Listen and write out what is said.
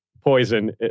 poison